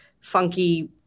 funky